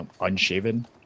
unshaven